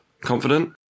Confident